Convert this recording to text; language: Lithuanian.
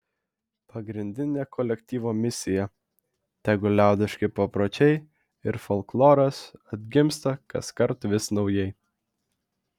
pagrindinė kolektyvo misija tegul liaudiški papročiai ir folkloras atgimsta kaskart vis naujai